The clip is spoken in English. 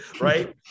Right